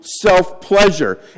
self-pleasure